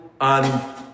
on